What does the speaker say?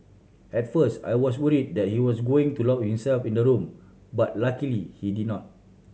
at first I was worried that he was going to lock himself in the room but luckily he did not